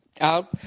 out